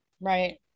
Right